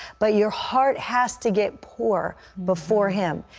but your heart has to get poor before him.